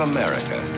America